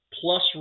plus